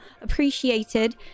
appreciated